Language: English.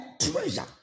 treasure